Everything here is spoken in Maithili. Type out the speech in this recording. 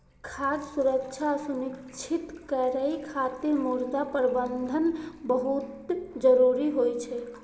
खाद्य सुरक्षा सुनिश्चित करै खातिर मृदा प्रबंधन बहुत जरूरी होइ छै